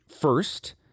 First